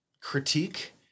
Critique